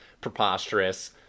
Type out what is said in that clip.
preposterous